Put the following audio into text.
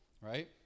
right